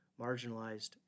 marginalized